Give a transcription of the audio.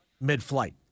mid-flight